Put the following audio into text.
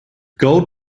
gold